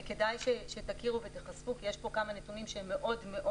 וכדאי שתכירו ותיחשפו כי יש פה כמה נתונים שהם מאוד מאוד